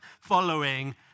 following